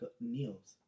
kneels